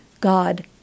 God